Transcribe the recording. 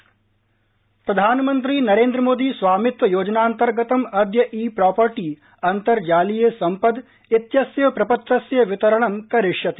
स्वामित्व पीएम प्रधानमन्त्री नरेन्द्र मोदी स्वामित्व योजनान्तर्गतम् अद्य ई प्रापर्टी अन्तर्जालीय सम्पद इत्यस्य प्रपत्रस्य वितरणं करिष्यति